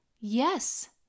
Yes